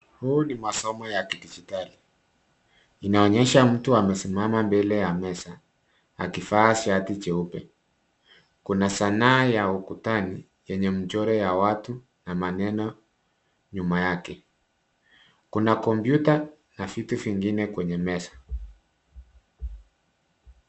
Huu ni masomo ya kidijitali, inaonyesha mtu amesimama mbele ya meza akivaa shati jeupe. Kuna sanaa ya ukutani yenye mchoro ya watu na maneno nyuma yake. Kuna kompyuta na vitu vingine kwenye meza.